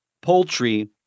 poultry